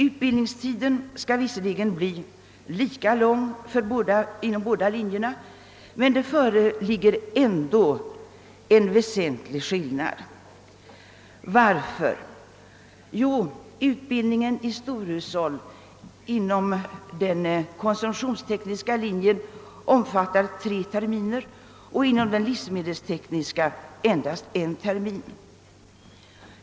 Utbildningstiden skall visserligen bli lika lång inom båda linjerna, men det föreligger ändå en väsentlig skillnad. Varför? Jo, utbildningen i storhushåll inom den konsumtionstekniska linjen omfattar tre terminer men inom den livsmedelstekniska endast en termin.